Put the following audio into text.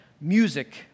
music